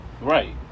Right